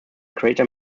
crater